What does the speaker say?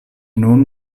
nun